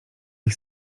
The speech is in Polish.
ich